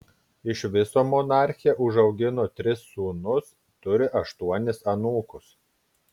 iš viso monarchė užaugino tris sūnus turi aštuonis anūkus